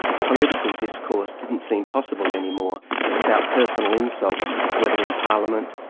political discourse didn't seem possible any more without personal insult, whether in parliament,